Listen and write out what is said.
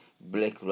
black